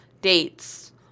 dates